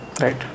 Right